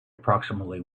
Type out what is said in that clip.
approximately